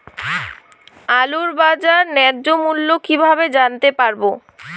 আলুর বাজার ন্যায্য মূল্য কিভাবে জানতে পারবো?